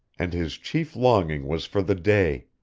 and his chief longing was for the day,